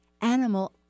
animal